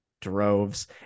droves